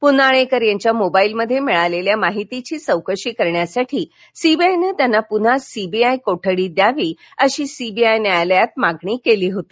पुनाळेकर यांच्या मोबाईलमध्ये मिळालेल्या माहितीची चौकशी करण्यासाठी सीबीआयनं त्यांना पुन्हा सीबीआय कोठडी द्यावी अशी सीबीआय न्यायालयात मागणी केली होती